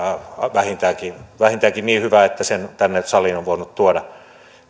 vähintäänkin vähintäänkin niin hyvä että sen tänne saliin on voinut tuoda